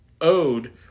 owed